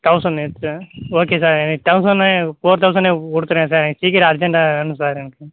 thousand okay sir எனக்கு தௌசண்டே four தௌசண்டே கொடுத்துருங்க சார் எனக்கு சீக்கிரம் அர்ஜ்ஜன்ட்டாக வேணும் சார் எனக்கு